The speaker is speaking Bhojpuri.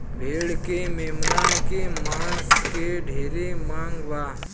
भेड़ के मेमना के मांस के ढेरे मांग बा